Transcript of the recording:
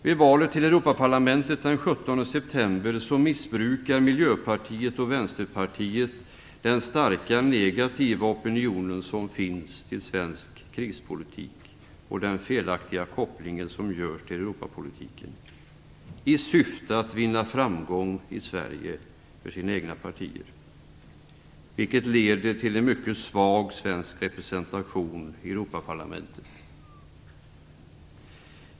Vid valet till Europaparlamentet den 17 september missbrukar Miljöpartiet och Vänsterpartiet den starka negativa opinion som finns till svensk krispolitik och den felaktiga koppling som görs till Europapolitiken, i syfte att vinna framgång i Sverige för sina egna partier, vilket leder till en mycket svag svensk representation i Europaparlamentet.